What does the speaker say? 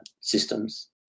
systems